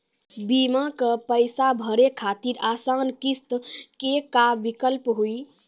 बीमा के पैसा भरे खातिर आसान किस्त के का विकल्प हुई?